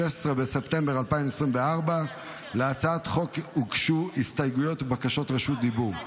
16 בספטמבר 2024. להצעת החוק הוגשו הסתייגויות ובקשות רשות דיבור.